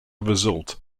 result